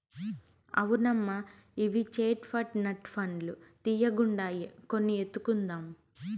అవునమ్మా ఇవి చేట్ పట్ నట్ పండ్లు తీయ్యగుండాయి కొన్ని ఎత్తుకుందాం